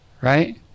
Right